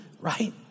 right